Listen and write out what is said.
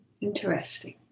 Interesting